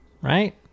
right